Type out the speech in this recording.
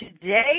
today